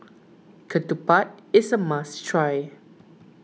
Ketupat is a must try